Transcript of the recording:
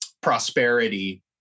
prosperity